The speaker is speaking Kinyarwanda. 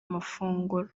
amafunguro